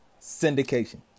syndication